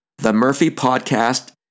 themurphypodcast